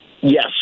Yes